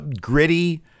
gritty